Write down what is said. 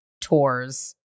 tours